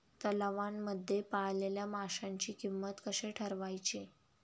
तलावांमध्ये पाळलेल्या माशांची किंमत कशी ठरवायची?